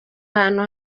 ahantu